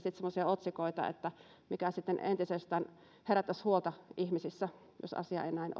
sitten semmoisia otsikoita mitkä entisestään herättäisivät huolta ihmisissä jos asia ei näin